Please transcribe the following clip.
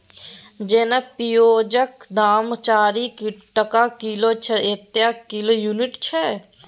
जेना पिओजक दाम चारि टका किलो छै एतय किलो युनिट छै